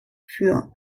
für